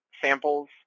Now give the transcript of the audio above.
samples